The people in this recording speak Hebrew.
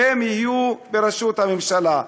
והם יהיו בראשות הממשלה.